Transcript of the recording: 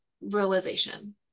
realization